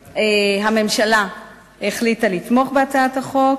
הממשלה החליטה לתמוך בהצעת החוק,